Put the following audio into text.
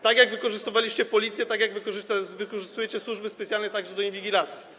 Tak jak wykorzystywaliście policję, tak jak wykorzystujecie służby specjalne także do inwigilacji.